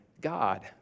God